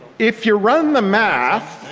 if you run the math